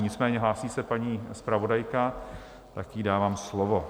Nicméně hlásí se paní zpravodajka, tak jí dávám slovo.